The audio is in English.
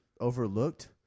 overlooked